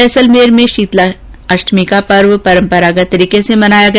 जैसलमेर में शीतला अष्टमी का पर्व परम्परागत रूप से मनाया गया